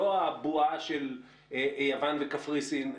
לא הבועה של יוון וקפריסין,